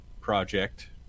project